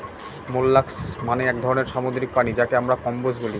molluscs মানে এক ধরনের সামুদ্রিক প্রাণী যাকে আমরা কম্বোজ বলি